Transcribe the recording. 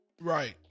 Right